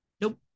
Nope